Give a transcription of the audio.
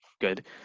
good